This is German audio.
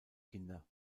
kinder